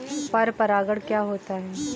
पर परागण क्या होता है?